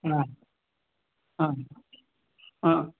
हा आं हा